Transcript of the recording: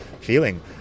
feeling